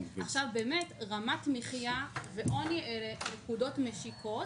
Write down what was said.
רמת מחייה ועוני אלה נקודות משיקות,